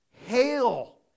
Hail